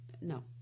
No